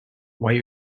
why